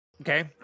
Okay